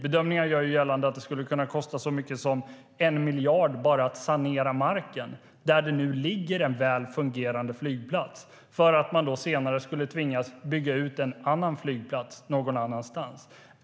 Bedömningar gör gällande att det skulle kunna kosta så mycket som 1 miljard bara att sanera marken där det nu ligger en väl fungerande flygplats för att man senare skulle tvingas bygga ut en annan flygplats någon annanstans.